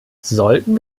sollten